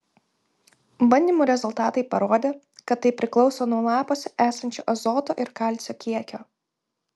bandymų rezultatai parodė kad tai priklauso nuo lapuose esančio azoto ir kalcio kiekio